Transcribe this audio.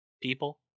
people